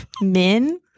men